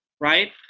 right